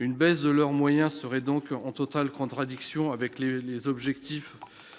une baisse de leurs moyens seraient donc en totale contradiction avec les les objectifs